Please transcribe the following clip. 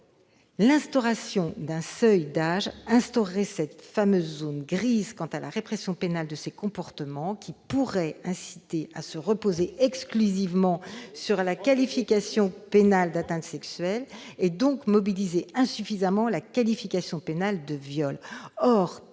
L'instauration d'un seuil d'âge instaurerait cette fameuse zone grise quant à la répression pénale de ces comportements, qui pourraient inciter à se reposer exclusivement sur la qualification pénale d'atteinte sexuelle et donc à mobiliser insuffisamment la qualification pénale de viol.